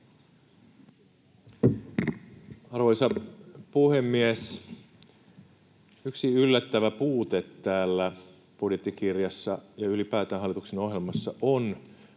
Arvoisa puhemies! Yksi yllättävä puute täällä budjettikirjassa ja ylipäätään hallituksen ohjelmassa on